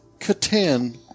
Catan